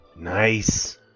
Nice